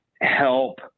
help